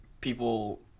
people